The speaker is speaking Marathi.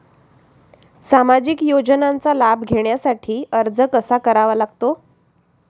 सामाजिक योजनांचा लाभ घेण्यासाठी अर्ज कसा करावा लागतो?